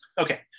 Okay